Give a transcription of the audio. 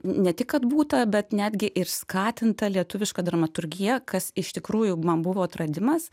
ne tik kad būta bet netgi ir skatinta lietuviška dramaturgija kas iš tikrųjų man buvo atradimas